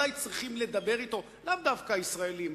אולי צריכים לדבר לאו דווקא ישראלים,